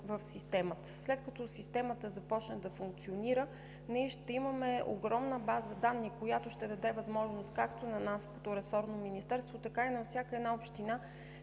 в системата. След като системата започне да функционира, ние ще имаме огромна база данни, която ще даде възможност както на нас като ресорно Министерство, така и на всяка една община